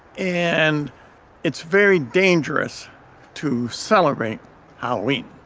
and it's very dangerous to celebrate halloween.